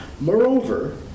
Moreover